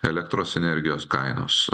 elektros energijos kainos